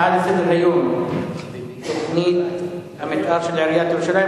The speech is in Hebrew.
הנושא הבא: תוכנית המיתאר של עיריית ירושלים,